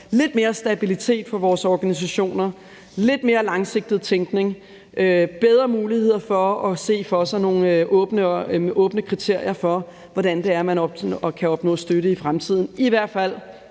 lidt mere stabilitet for vores organisationer, lidt mere langsigtet tænkning og bedre muligheder for at se for sig nogle åbne kriterier for, hvordan man kan opnå støtte i fremtiden, i hvert fald